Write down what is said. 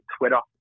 Twitter